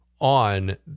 on